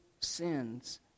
sins